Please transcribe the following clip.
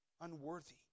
unworthy